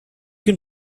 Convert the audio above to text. can